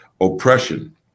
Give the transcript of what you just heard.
oppression